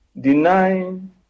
denying